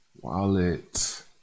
wallet